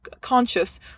conscious